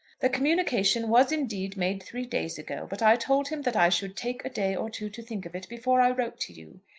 the communication was indeed made three days ago, but i told him that i should take a day or two to think of it before i wrote to you.